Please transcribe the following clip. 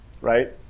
right